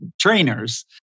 trainers